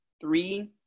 three